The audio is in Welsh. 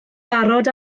barod